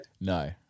No